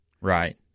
Right